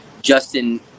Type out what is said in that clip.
Justin